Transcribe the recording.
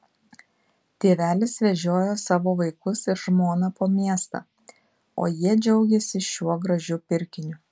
tėvelis vežiojo savo vaikus ir žmoną po miestą o jie džiaugėsi šiuo gražiu pirkiniu